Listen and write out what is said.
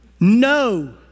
No